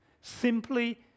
Simply